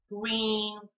green